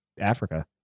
Africa